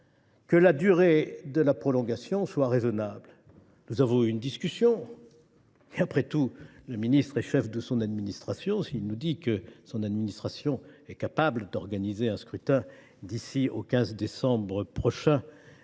que la durée de la prolongation soit raisonnable. Une discussion a eu lieu à ce propos. Après tout, le ministre est chef de son administration et, s’il nous assure que son administration est capable d’organiser un scrutin d’ici au 15 décembre prochain